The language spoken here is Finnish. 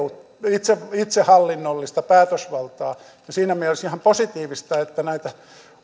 itsehallinnollista päätösvaltaa ja siinä mielessä ihan positiivista että näitä